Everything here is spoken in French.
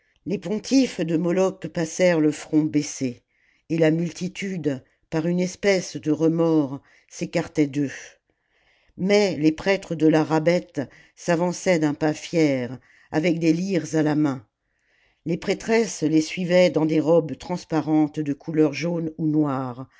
les pontifes de moloch passèrent le front baissé et la multitude par une espèce de remords s'écartait d'eux mais les prêtres de la rabbet s'avançaient d'un pas fier avec des lyres à la main les prêtresses les suivaient dans des robes transparentes de couleur jaune ou noire